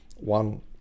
one